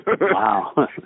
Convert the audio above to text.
Wow